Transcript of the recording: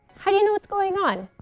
how do you know what's going on?